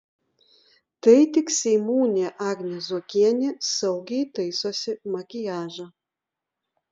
tai tik seimūnė agnė zuokienė saugiai taisosi makiažą